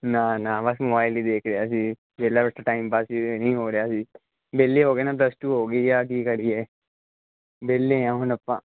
ਨਾ ਨਾ ਬਸ ਮੋਬਾਈਲ ਹੀ ਦੇਖ ਰਿਹਾ ਸੀ ਵਿਹਲਾ ਬੈਠਾ ਟਾਈਮ ਪਾਸ ਵੀ ਨਹੀਂ ਹੋ ਰਿਹਾ ਸੀ ਵਿਹਲੇ ਹੋ ਗਏ ਨੇ ਪਲੱਸ ਟੂ ਹੋ ਗਈ ਆ ਕੀ ਕਰੀਏ ਵਿਹਲੇ ਹਾਂ ਹੁਣ ਆਪਾਂ